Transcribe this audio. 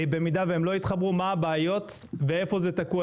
במידה ולא התחברו מה הבעיות ואיפה זה תקוע.